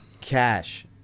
Cash